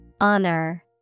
Honor